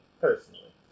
personally